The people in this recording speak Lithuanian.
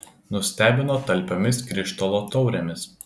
nustebino talpiomis krištolo taurėmis